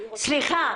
סליחה,